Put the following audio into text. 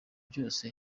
byose